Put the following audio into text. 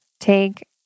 take